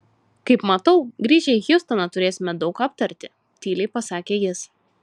kaip matau grįžę į hjustoną turėsime daug ką aptarti tyliai pasakė jis